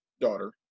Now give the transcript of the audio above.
daughter